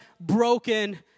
broken